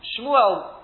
Shmuel